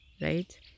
right